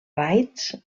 raids